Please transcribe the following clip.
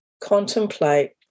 contemplate